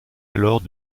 alors